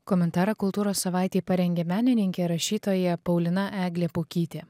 komentarą kultūros savaitei parengė menininkė rašytoja paulina eglė pukytė